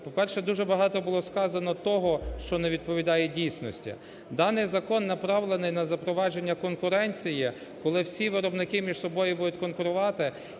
по-перше, дуже багато було сказано того, що не відповідає дійсності. Даний закон направлений на запровадження конкуренції, коли всі виробники між собою будуть конкурувати,